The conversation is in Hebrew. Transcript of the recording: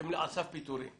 שהם על סף פיטורים.